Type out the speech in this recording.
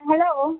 hello